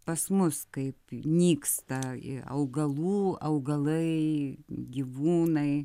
pas mus kaip nyksta augalų augalai gyvūnai